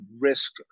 risk